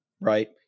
Right